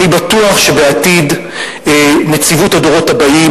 שבעתיד נציבות הדורות הבאים,